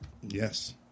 Yes